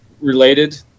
related